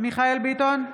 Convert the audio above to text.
מיכאל מרדכי ביטון,